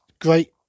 Great